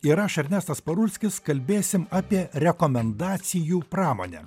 ir aš ernestas parulskis kalbėsim apie rekomendacijų pramonę